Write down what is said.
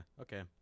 Okay